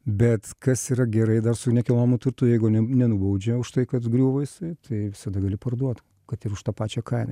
bet kas yra gerai dar su nekilnojamu turtu jeigu ne nenubaudžia už tai kad griūva jisai tai visada gali parduot kad ir už tą pačią kainą